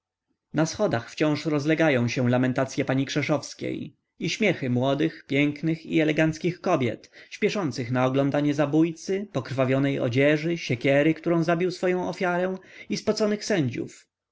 na schodach wciąż rozlegają się lamentacye pani krzeszowskiej i śmiechy młodych pięknych i eleganckich kobiet śpieszących na oglądanie zabójcy pokrwawionej odzieży siekiery którą zabił swoję ofiarę i spoconych sędziów